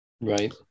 Right